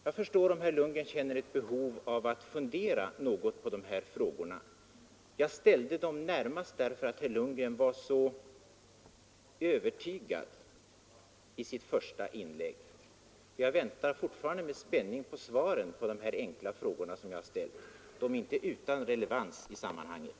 Jag förstår om herr Lundgren känner ett behov av att fundera något på de här frågorna. Jag ställde dem närmast därför att herr Lundgren var så övertygad i sitt första inlägg. Jag väntar fortfarande med spänning på svaren på de enkla frågor som jag ställde. De är inte utan relevans i sammanhanget.